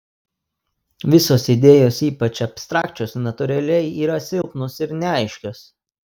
visos idėjos ypač abstrakčios natūraliai yra silpnos ir neaiškios